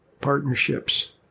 partnerships